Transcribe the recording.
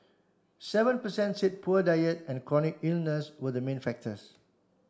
seven per cent said poor diet and chronic illness were the main factors